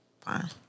Fine